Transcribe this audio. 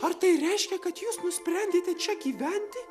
ar tai reiškia kad jūs nusprendėte čia gyventi